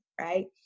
right